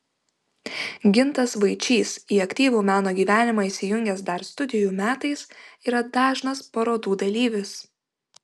gintas vaičys į aktyvų meno gyvenimą įsijungęs dar studijų metais yra dažnas parodų dalyvis